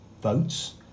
votes